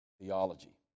theology